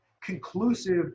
conclusive